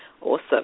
Awesome